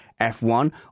f1